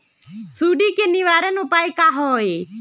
सुंडी के निवारण उपाय का होए?